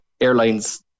Airlines